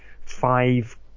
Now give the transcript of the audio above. five